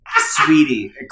Sweetie